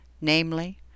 namely